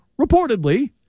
Reportedly